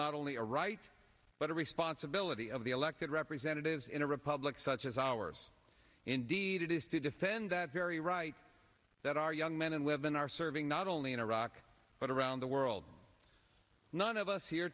not only a right but a responsibility of the elected representatives in a republic such as ours indeed it is to defend that very right that our young men and women are serving not only in iraq but around the world none of us here